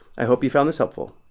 i hope you found this helpful.